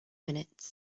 minutes